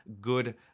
good